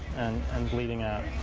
and bleeding out.